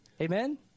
amen